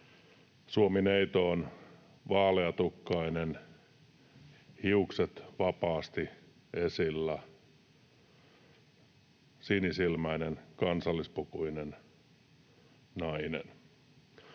Suomi-neito on vaaleatukkainen, hiukset vapaasti esillä, sinisilmäinen, kansallispukuinen nainen.